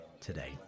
today